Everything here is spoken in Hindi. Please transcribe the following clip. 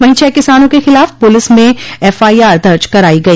वहीं छह किसानों के खिलाफ पुलिस में एफआईआर दर्ज कराई गई